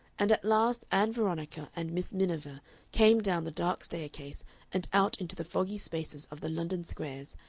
and at last ann veronica and miss miniver came down the dark staircase and out into the foggy spaces of the london squares,